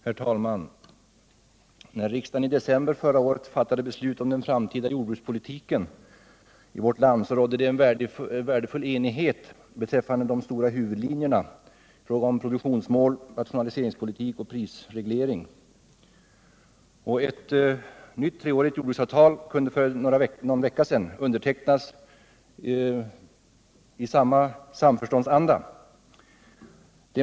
Herr talman! När riksdagen i december förra året fattade beslut om den framtida jordbrukspolitiken i vårt land rådde en värdefull enighet beträffande de stora huvudfrågorna i fråga om produktionsmål, rationaliseringspolitik och prisreglering. Ett nytt treårigt jordbruksavtal kunde för någon vecka sedan undertecknas i samma samförståndsanda.